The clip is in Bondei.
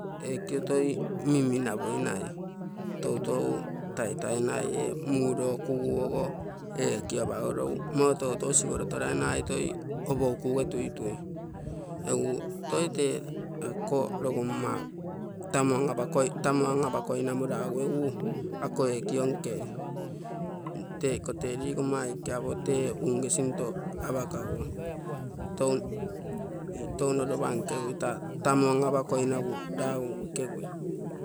Ekitu hii mimi nabhonae, toto taitai naiye, muloku obho, kiabaholomu. mutoto siwalitola maekei, obhokua tuitwei, ako robomau, tamau abakoe, tamu abakoe namulaweuwe, akoye kionkee, te kotelilemaiki abhote, umeshimto abhakabu, toe nababhankai ita, tamu ya babhakoe nabu bawu ekebe